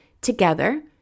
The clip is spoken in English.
together